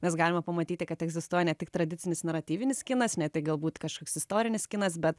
mes galime pamatyti kad egzistuoja ne tik tradicinis naratyvinis kinas ne tik galbūt kažkoks istorinis kinas bet